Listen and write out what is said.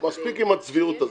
מספיק עם הצביעות הזאת.